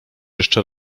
jeszcze